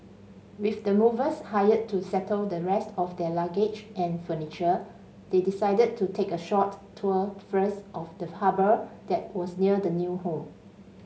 with the movers hired to settle the rest of their luggage and furniture they decided to take a short tour first of the harbour that was near their new home